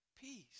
Peace